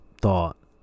Thought